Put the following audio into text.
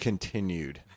Continued